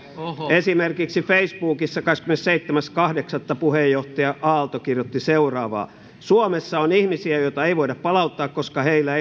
esimerkiksi facebookissa kahdeskymmenesseitsemäs kahdeksatta puheenjohtaja aalto kirjoitti seuraavaa suomessa on ihmisiä joita ei voida palauttaa koska heillä